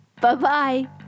Bye-bye